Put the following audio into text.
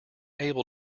able